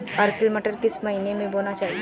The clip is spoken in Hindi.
अर्किल मटर किस महीना में बोना चाहिए?